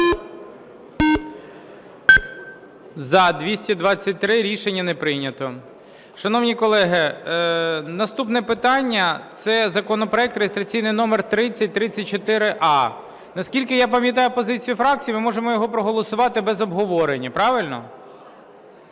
За-223 Рішення не прийнято. Шановні колеги, наступне питання – це законопроект реєстраційний номер 3034а. Наскільки я пам'ятаю позицію фракції, ми можемо його проголосувати без обговорення. Правильно?